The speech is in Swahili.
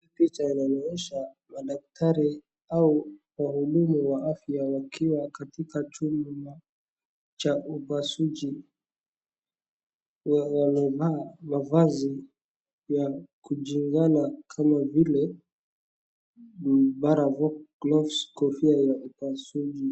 Picha inanionyesha madaktari au wahudumu wa afya wakiwa katika chumba cha upasuaji, wamevaa mavazi ya kujingana kama vile gloves kofia ya suti.